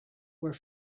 were